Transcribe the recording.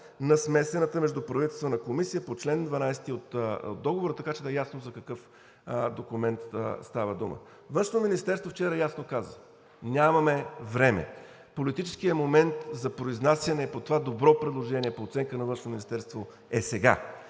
на Смесената междуправителствена комисия по чл. 12 от Договора“, така че да е ясно за какъв документ става дума. Външно министерство вчера ясно каза: „Нямаме време!“ Политическият момент за произнасяне по това добро предложение по оценка на Външно